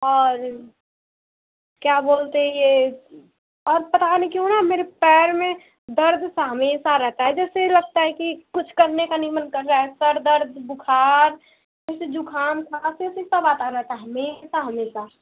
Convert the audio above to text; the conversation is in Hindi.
और क्या बोलते ये और पता नहीं क्यों न मेरे पैर में दर्द सा हमेशा रहता है जैसे लगता है कि कुछ करने का नहीं मन कर रहा है सर दर्द बुखार जैसे जुखाम खाँसी उसी आता रहता है हमेशा हमेशा